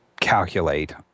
calculate